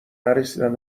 نرسیدن